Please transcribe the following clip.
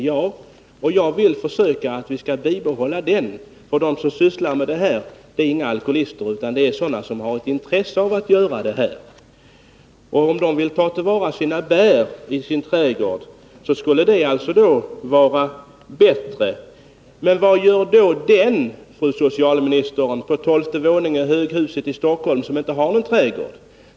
Ja, och jag vill att vi skall försöka bibehålla den, för de som sysslar med vintillverkning är inga alkoholister utan personer som är intresserade av att göra det. Om någon vill ta till vara bär från sin trädgård genom att framställa vin av dem, skulle det alltså vara bättre än att köpa snabbvinsatser. Men vad gör då den som bor på tolfte våningen i ett höghus i Stockholm, fru socialminister, och som inte har någon trädgård?